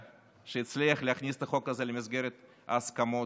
להכניס את החוק הזה למסגרת ההסכמות.